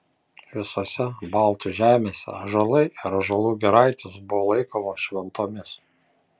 visose baltų žemėse ąžuolai ir ąžuolų giraitės buvo laikomos šventomis